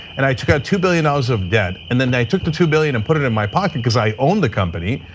and i took out two billion ah dollars of debt, and then they took the two billion and put it it in my pocket because i own the company.